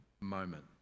moment